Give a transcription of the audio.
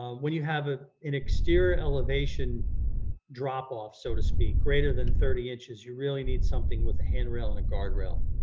when you have ah an exterior elevation drop off, so to speak, greater than thirty inches, you really need something with a handrail and a guardrail.